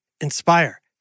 Inspire